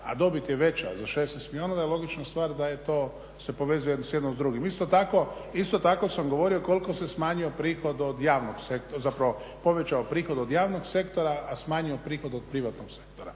a dobit je veća za 16 milijuna da je logična stvar da je to se povezuje jedno s drugim. Isto tako, sam govorio koliko se smanjio prihod od javnog, zapravo povećao prihod od javnog sektora,